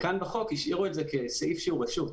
כאן בחוק השאירו את זה בסעיף שהוא רשות.